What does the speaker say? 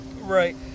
Right